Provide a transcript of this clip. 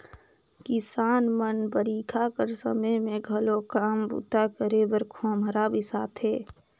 किसान मन बरिखा कर समे मे घलो काम बूता करे बर खोम्हरा बेसाथे